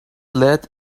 let